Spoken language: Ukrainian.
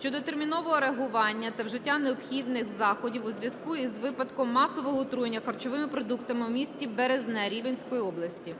щодо термінового реагування та вжиття необхідних заходів у зв'язку із випадком масового отруєння харчовими продуктами у місті Березне Рівненської області.